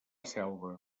selva